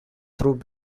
through